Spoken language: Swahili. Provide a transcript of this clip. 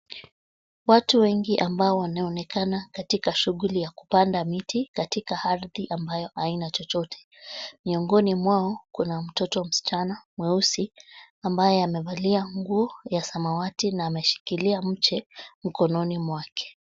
Watu wengi ambao wanaonekana katika shughuli ya kupanda miti katika ardhi ambayo haina chochote. Miongoni mwao kuna mtoto msichana mweusi ambaye amevalia nguo ya samawati na ameshikilia mche mikononi mwake.